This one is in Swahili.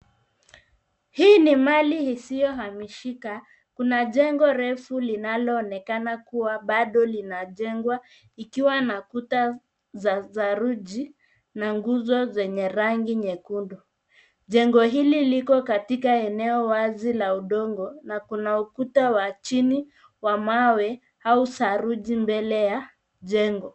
Hii ni mali isiyohamishika. Kuna jengo refu linaloonekana kuwa baado linajengwa ikiwa na kuta za saruji na nguzo zenye rangi nyekundu. Jengo hili liko katika eneo wazi la udongo na kuna ukuta wa chini wa mawe au saruji mbele ya jengo.